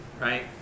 right